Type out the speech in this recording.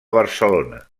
barcelona